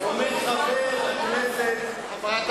אומר חבר הכנסת, אתה יודע מה קרה בדקה האחרונה?